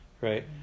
right